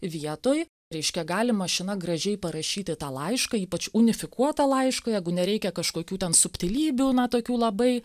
vietoj reiškia gali mašina gražiai parašyti tą laišką ypač unifikuotą laišką jeigu nereikia kažkokių ten subtilybių na tokių labai